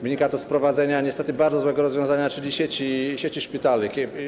Wynika to z wprowadzenia niestety bardzo złego rozwiązania, czyli sieci szpitali.